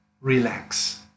Relax